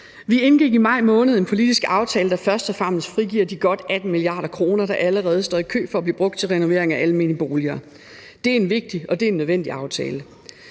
Vi indgik i maj måned en politisk aftale, der først og fremmest frigiver de godt 18 mia. kr., der allerede står i kø for at blive brugt til renovering af almene boliger. Det er en vigtig og en nødvendig aftale.